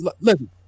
listen